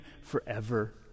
forever